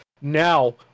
Now